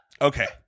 Okay